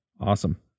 Awesome